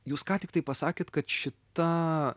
jūs ką tiktai pasakėt kad šita